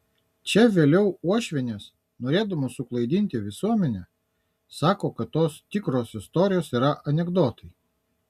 čia vėliau uošvienės norėdamos suklaidinti visuomenę sako kad tos tikros istorijos yra anekdotai